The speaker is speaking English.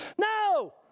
No